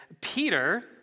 Peter